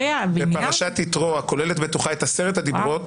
בפרשת יתרו הכוללת בתוכה את עשרת הדברות,